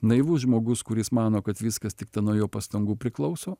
naivus žmogus kuris mano kad viskas tiktai nuo jo pastangų priklauso